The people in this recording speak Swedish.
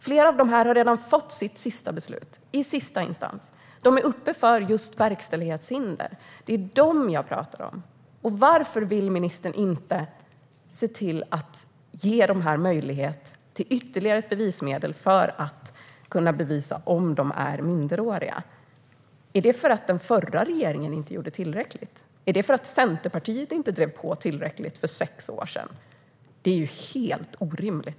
Flera av dem har redan fått beslut i sista instans. De är uppe för just verkställighetshinder. Det är dem jag pratar om. Varför vill ministern inte ge dem möjlighet till att få fram ytterligare bevismedel så att de kan visa om de är minderåriga? Är det för att den förra regeringen inte gjorde tillräckligt? Är det för att Centerpartiet inte drev på tillräckligt för sex år sedan? Det är helt orimligt.